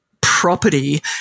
property